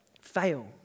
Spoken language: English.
fail